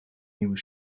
nieuwe